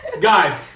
Guys